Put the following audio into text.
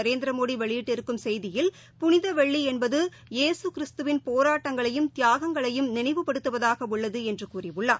நரேந்திரமோடிவெளியிட்டிருக்கும் செய்தியில் புனிதவெள்ளிஎன்பது இயேககிறிஸ்துவின் போராட்டங்களையும் தியாகங்களையும் நினைவுப்படுத்துவதாகஉள்ளதுஎன்றுகூறியுள்ளார்